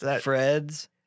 Fred's